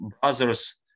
brothers